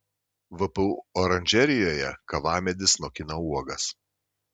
vpu oranžerijoje kavamedis nokina uogas